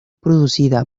producida